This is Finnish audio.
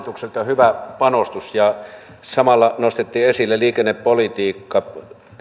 hyvä panostus samalla nostettiin esille liikennepolitiikka joka